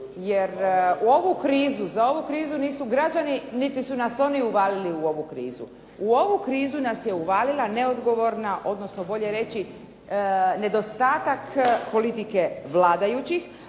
Jer u ovu krizu, a za ovu krizu nisu građani niti su nas oni uvalili u ovu krizu. U ovu krizu nas je uvalila neodgovorna, odnosno bolje reći nedostatak politike vladajućih,